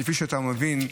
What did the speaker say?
כפי שאתה מבין,